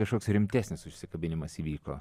kažkoks rimtesnis užsikabinimas įvyko